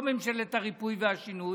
לא ממשלת הריפוי והשינוי,